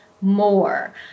more